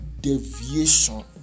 deviation